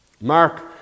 Mark